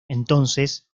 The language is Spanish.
entonces